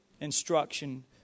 instruction